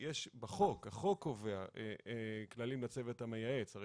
החוק קובע כללים לצוות המייעץ הרי